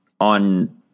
on